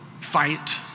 fight